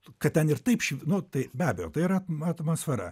kad ten ir taip šv nu taip be abejo tai yra atmosfera